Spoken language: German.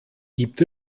gibt